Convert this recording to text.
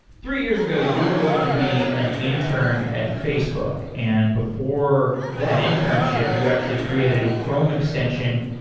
three years ago you were going to be an intern at facebook, and before that internship, you actually created a chrome extension,